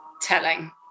telling